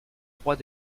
rois